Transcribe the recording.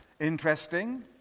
interesting